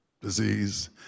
disease